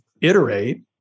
iterate